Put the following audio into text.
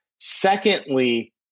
Secondly